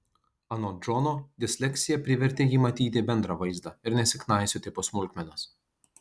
anot džono disleksija privertė jį matyti bendrą vaizdą ir nesiknaisioti po smulkmenas